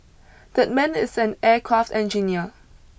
that man is an aircraft engineer